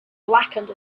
blackened